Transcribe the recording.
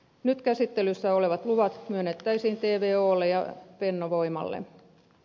nyt käsittelyssä olevat luvat myönnettäisiin tvolle ja fennovoimalle